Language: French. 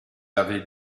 avez